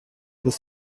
this